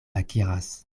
akiras